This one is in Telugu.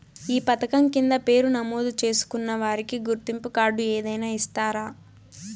ఈ పథకం కింద పేరు నమోదు చేసుకున్న వారికి గుర్తింపు కార్డు ఏదైనా ఇస్తారా?